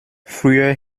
früher